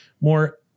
more